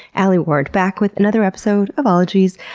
alie ward, back with another episode of ologies.